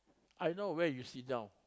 I know where you sit down